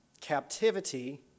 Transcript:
captivity